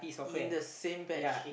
in the same batch